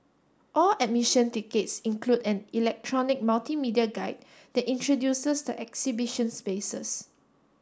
all admission tickets include an electronic multimedia guide that introduces the exhibition spaces